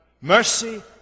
Mercy